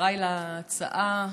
חבריי להצעה,